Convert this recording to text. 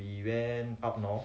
we went up north